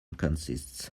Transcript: consists